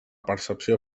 percepció